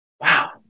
Wow